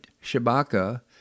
Shabaka